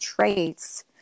traits